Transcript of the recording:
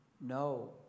No